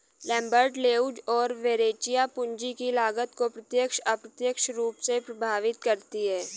Lambert, Leuz और Verrecchia, पूंजी की लागत को प्रत्यक्ष, अप्रत्यक्ष रूप से प्रभावित करती है